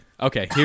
Okay